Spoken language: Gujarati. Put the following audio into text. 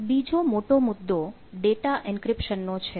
બીજો મોટો મુદ્દો ડેટા એન્ક્રિપ્શન નો છે